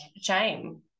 shame